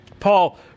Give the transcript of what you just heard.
Paul